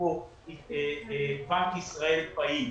כאן בנק ישראל פעיל.